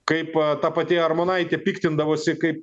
kaip ta pati armonaitė piktindavosi kaip